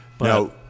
Now